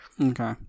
okay